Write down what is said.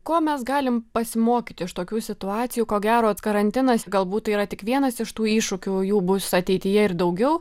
kuo mes galim pasimokyti iš tokių situacijų ko gero karantinas galbūt tai yra tik vienas iš tų iššūkių o jų bus ateityje ir daugiau